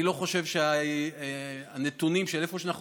אני לא חושב שהנתונים של איפה שאנחנו